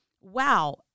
wow